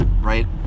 right